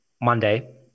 Monday